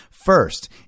First